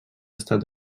estat